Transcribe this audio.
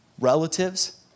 relatives